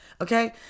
Okay